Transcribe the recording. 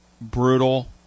brutal